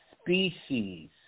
species